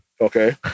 okay